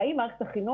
האם מערכת החינוך